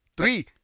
Three